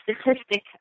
statistic